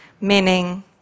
meaning